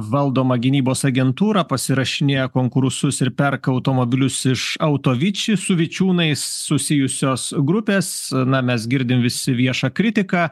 valdoma gynybos agentūra pasirašinėja konkursus ir perka automobilius iš autoviči su vičiūnais susijusios grupės na mes girdim visi viešą kritiką